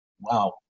wow